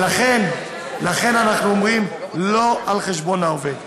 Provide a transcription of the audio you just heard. ולכן אנחנו אומרים: לא על חשבון העובד.